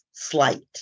slight